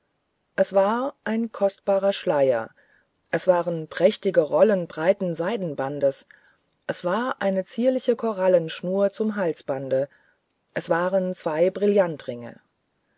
es war ein kostbarer schleier es waren prächtige rollen breiten seidenbandes es war eine zierliche korallenschnur zum halsbande es waren zwei brillantringe